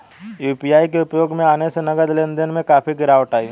UPI के उपयोग में आने से नगद लेन देन में काफी गिरावट आई हैं